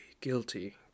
guilty